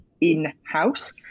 in-house